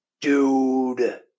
dude